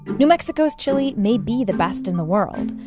new mexico's chili may be the best in the world,